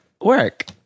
Work